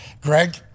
Greg